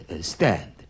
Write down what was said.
Stand